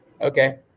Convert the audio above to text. Okay